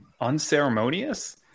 unceremonious